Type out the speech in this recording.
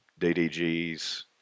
DDGs